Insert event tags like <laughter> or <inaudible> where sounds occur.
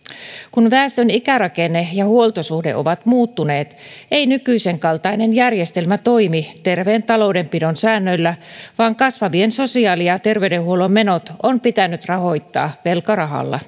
kun väestön ikärakenne ja huoltosuhde ovat muuttuneet ei nykyisen kaltainen järjestelmä toimi terveen taloudenpidon säännöillä vaan kasvavien sosiaali ja terveydenhuollon menot on pitänyt rahoittaa velkarahalla <unintelligible>